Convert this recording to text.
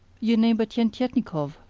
your neighbour tientietnikov,